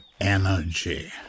energy